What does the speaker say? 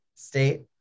state